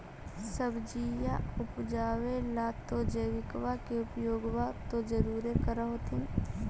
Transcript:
सब्जिया उपजाबे ला तो जैबिकबा के उपयोग्बा तो जरुरे कर होथिं?